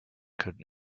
could